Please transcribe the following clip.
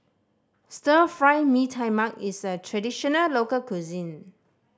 Stir Fry Mee Tai Mak is a traditional local cuisine